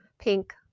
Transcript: pink